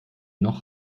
noch